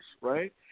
Right